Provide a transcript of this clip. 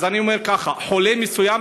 אז אני אומר ככה: חולה מסוים,